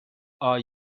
are